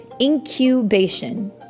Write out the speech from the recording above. incubation